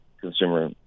consumer